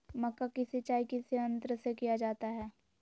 मक्का की सिंचाई किस यंत्र से किया जाता है?